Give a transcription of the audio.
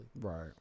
Right